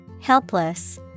Helpless